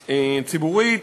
הסנגוריה הציבורית,